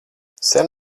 sen